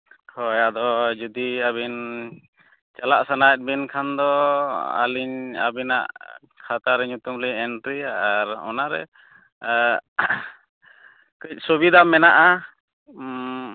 ᱦᱳᱭ ᱟᱫᱚ ᱡᱩᱫᱤ ᱟᱹᱵᱤᱱ ᱪᱟᱞᱟᱜ ᱥᱟᱱᱟᱭᱮᱫ ᱵᱤᱱ ᱠᱷᱟᱱ ᱫᱚ ᱟᱹᱞᱤᱧ ᱟᱹᱵᱤᱱᱟᱜ ᱠᱷᱟᱛᱟᱨᱮ ᱧᱩᱛᱩᱢ ᱞᱤᱧ ᱮᱱᱴᱨᱤᱭᱟ ᱟᱨ ᱚᱱᱟᱨᱮ ᱠᱟᱹᱡ ᱥᱩᱵᱤᱫᱷᱟ ᱢᱮᱱᱟᱜᱼᱟ ᱦᱮᱸ